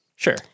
sure